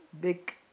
big